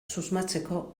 susmatzeko